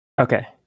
okay